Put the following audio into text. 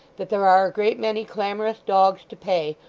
that there are a great many clamorous dogs to pay,